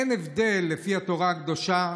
אין הבדל, לפי התורה הקדושה,